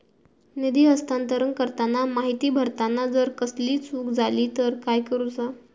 निधी हस्तांतरण करताना माहिती भरताना जर कसलीय चूक जाली तर काय करूचा?